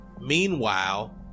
Meanwhile